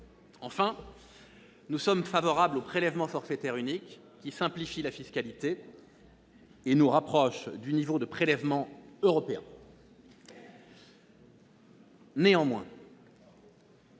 Enfin, nous sommes favorables au prélèvement forfaitaire unique, qui simplifie la fiscalité et nous rapproche du niveau de prélèvement européen. Néanmoins,